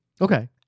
Okay